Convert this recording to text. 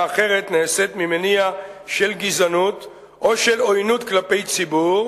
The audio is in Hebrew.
אחרת נעשית ממניע של גזענות או של עוינות כלפי ציבור